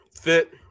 fit